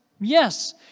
Yes